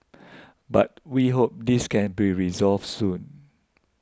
but we hope this can be resolved soon